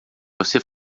você